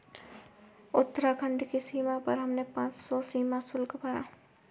उत्तराखंड की सीमा पर हमने पांच सौ रुपए सीमा शुल्क भरा